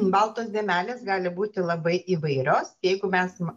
baltos dėmelės gali būti labai įvairios jeigu mes